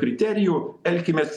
kriterijų elkimės